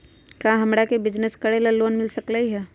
का हमरा के बिजनेस करेला लोन मिल सकलई ह?